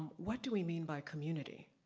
what do we mean by community?